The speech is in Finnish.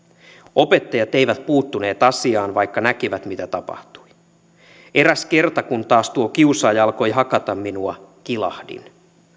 opettajat eivät puuttuneet asiaan vaikka näkivät mitä tapahtui eräs kerta kun taas tuo kiusaaja alkoi hakata minua kilahdin